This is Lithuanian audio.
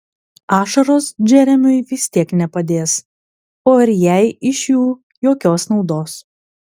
ašaros džeremiui vis tiek nepadės o ir jai iš jų jokios naudos